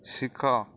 ଶିଖ